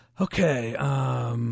Okay